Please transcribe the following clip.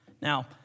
Now